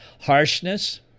Harshness